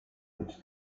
być